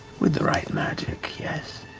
with the right magic, yes.